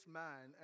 man